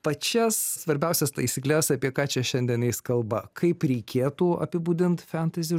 pačias svarbiausias taisykles apie ką čia šiandien eis kalba kaip reikėtų apibūdint fentezi